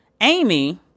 Amy